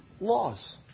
laws